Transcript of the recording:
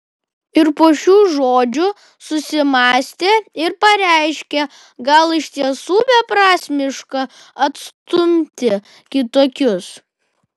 ir po šių žodžių susimąstė ir pareiškė gal iš tiesų beprasmiška atstumti kitokius